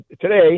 today